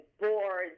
boards